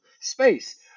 space